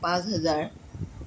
পাঁচ হেজাৰ